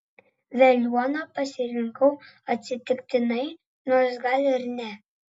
veliuoną pasirinkau atsitiktinai nors gal ir ne